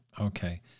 okay